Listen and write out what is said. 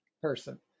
person